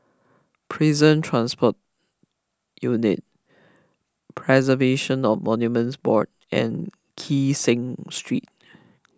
Prison Transport Unit Preservation of Monuments Board and Kee Seng Street